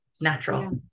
natural